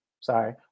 sorry